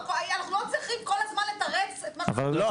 אנחנו לא צריכים כל הזמן לתרץ את מה --- לא,